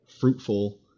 fruitful